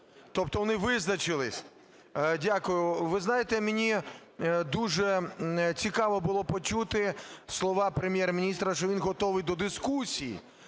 тобто вони визначились. Дякую. Ви знаєте, мені дуже цікаво було почути слова Прем'єр-міністра, що він готовий до дискусії,